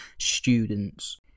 students